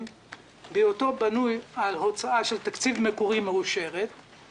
בהיותו בנוי על הוצאה מאושרת של תקציב מקורי ואין